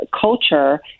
culture